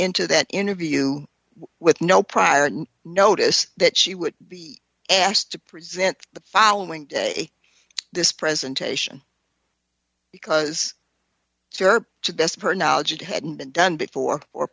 into that interview with no prior notice that she would be asked to present the following this presentation because you're desperate knowledge it hadn't been done before or